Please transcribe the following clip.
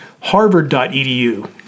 harvard.edu